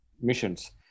missions